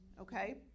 okay